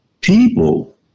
People